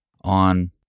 on